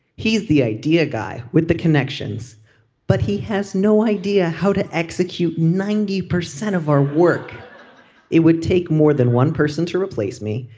he's the idea guy with the connections but he has no idea how to execute ninety percent of our work it would take more than one person to replace me.